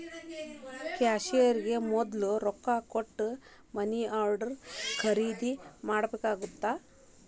ಕ್ಯಾಶಿಯರ್ಗೆ ಮೊದ್ಲ ರೊಕ್ಕಾ ಕೊಟ್ಟ ಮನಿ ಆರ್ಡರ್ನ ಖರೇದಿ ಮಾಡ್ಬೇಕಾಗತ್ತಾ